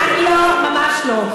ממש לא.